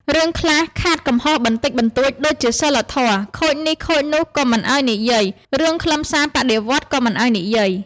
រឿងខ្វះខាតកំហុសបន្តិចបន្តួច ដូចជាសីលធម៌ខូចនេះខូចនោះក៏មិនឱ្យនិយាយ រឿងខ្លឹមសារបដិវត្តន៍ក៏មិនឱ្យនិយាយ។